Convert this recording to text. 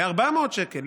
ל-400 שקל,